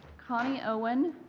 connie owen,